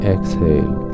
Exhale